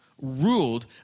ruled